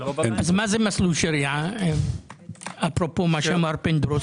מה זה מסלול שריע או הלכה?